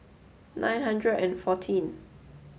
nine hundred and fourteen